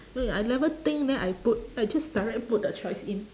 eh I never think then I put I just direct put the choice in